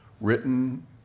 written